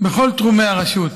בכל תחומי הרשות.